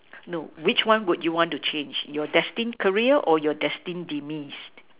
no which one would you want to change your destined career or your destined demise